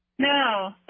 No